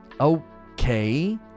okay